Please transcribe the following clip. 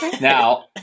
Now